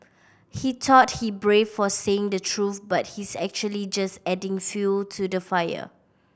he thought he brave for saying the truth but he's actually just adding fuel to the fire